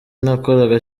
nakoraga